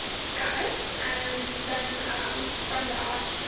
status and then from that,